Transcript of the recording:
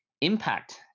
impact